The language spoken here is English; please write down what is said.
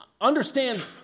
understand